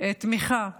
תמיכה כלכלית.